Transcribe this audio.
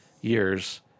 years